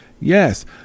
yes